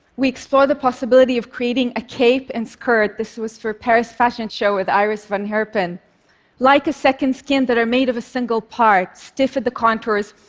we explore the possibility of creating a cape and skirt this was for a paris fashion show with iris van herpen like a second skin that are made of a single part, stiff at the contours,